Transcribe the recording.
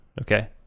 Okay